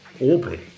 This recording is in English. orbit